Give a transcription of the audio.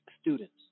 students